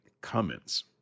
comments